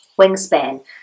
wingspan